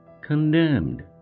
condemned